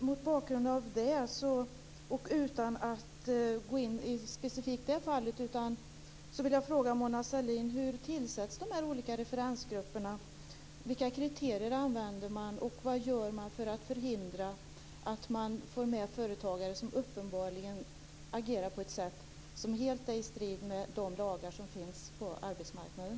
Mot bakgrund av detta och utan att gå in på det specifika fallet vill jag fråga Mona Sahlin: Hur tillsätts de olika referensgrupperna? Vilka kriterier använder man? Vad gör man för att förhindra att det kommer med företagare som uppenbarligen agerat på ett sätt som helt står i strid mot de lagar som finns på arbetsmarknaden?